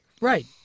Right